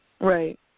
Right